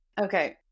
Okay